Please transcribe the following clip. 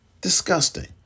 Disgusting